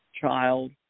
child